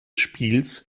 spiels